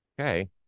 Okay